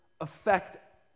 affect